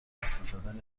استفاده